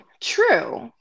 true